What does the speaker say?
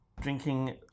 drinking